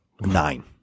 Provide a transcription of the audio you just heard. Nine